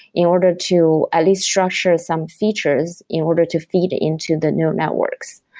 in order to at least structure some features, in order to feed into the neural networks?